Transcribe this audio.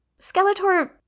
Skeletor